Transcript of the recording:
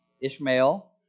Ishmael